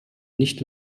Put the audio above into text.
nicht